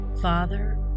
Father